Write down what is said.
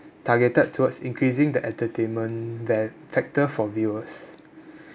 targeted towards increasing the entertainment that factor for viewers